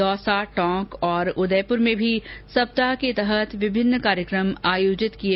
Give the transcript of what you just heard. दौसा टोंक और उदयपुर में भी सप्ताह के तहत विभिन्न कार्यक्रम हए